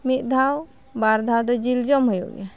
ᱢᱤᱫᱼᱫᱷᱟᱣ ᱵᱟᱨᱰᱟᱣᱫᱚ ᱡᱤᱞ ᱡᱚᱢ ᱦᱩᱭᱩᱜ ᱜᱮᱭᱟ